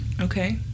Okay